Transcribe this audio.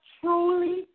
truly